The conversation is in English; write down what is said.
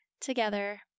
together